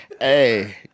Hey